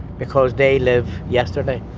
because they live yesterday,